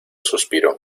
suspiró